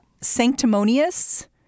Sanctimonious